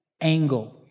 angle